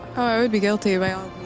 i would be guilty by um